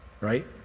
right